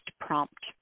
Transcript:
prompt